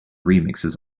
remixes